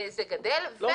זה גדל.